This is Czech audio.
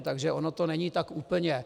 Takže ono to není tak úplně.